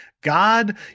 God